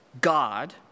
God